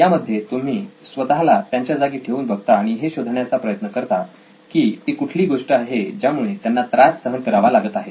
यामध्ये तुम्ही स्वतःला त्यांच्या जागी ठेवून बघता आणि हे शोधण्याचा प्रयत्न करता की ती कुठली गोष्ट आहे ज्यामुळे त्यांना त्रास सहन करावा लागत आहे